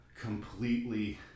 completely